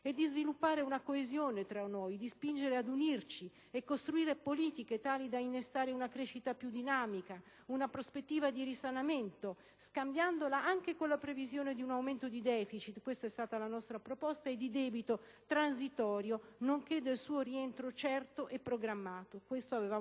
di sviluppare la coesione tra noi, di spingere ad unirci e costruire politiche tali da innestare una crescita più dinamica, una prospettiva di risanamento, scambiandola anche con la previsione di un aumento di deficit e di debito transitorio nonché del suo rientro certo e programmato.